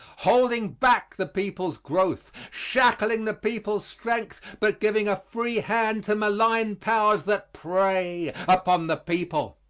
holding back the people's growth, shackling the people's strength but giving a free hand to malign powers that prey upon the people.